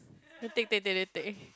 take take take take take